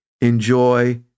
enjoy